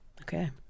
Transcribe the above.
Okay